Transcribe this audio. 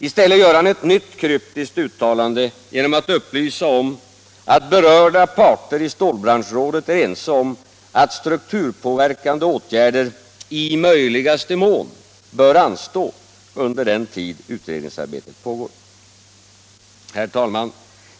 I stället gör han ett nytt kryptiskt uttalande, genom att upplysa om att berörda parter i stålbranschrådet är ense om att strukturpåverkande åtgärder ”i möjligaste mån” bör anstå under den tid utredningsarbetet pågår. Herr talman!